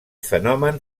fenomen